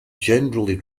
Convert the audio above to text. generally